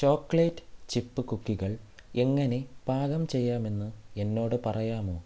chocolate chip കുക്കികൾ എങ്ങനെ പാകം ചെയ്യാമെന്ന് എന്നോട് പറയാമോ